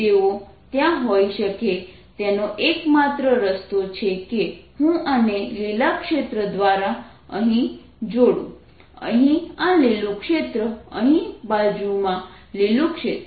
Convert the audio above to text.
તેઓ ત્યાં હોઈ શકે તેનો એક માત્ર રસ્તો છે કે હું આને લીલા ક્ષેત્ર દ્વારા અહીં જોડું અહીં આ લીલું ક્ષેત્ર અહીં બાજુમાં લીલું ક્ષેત્ર